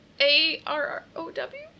A-R-O-W